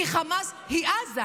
כי חמאס היא עזה.